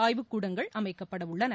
ஆய்வுக்கூடங்கள் அமைக்கப்பட உள்ளன